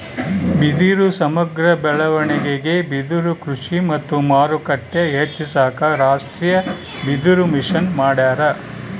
ಬಿದಿರು ಸಮಗ್ರ ಬೆಳವಣಿಗೆಗೆ ಬಿದಿರುಕೃಷಿ ಮತ್ತು ಮಾರುಕಟ್ಟೆ ಹೆಚ್ಚಿಸಾಕ ರಾಷ್ಟೀಯಬಿದಿರುಮಿಷನ್ ಮಾಡ್ಯಾರ